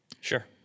Sure